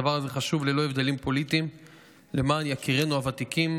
הדבר הזה חשוב ללא הבדלים פוליטיים למען יקירינו הוותיקים,